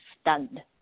stunned